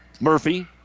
Murphy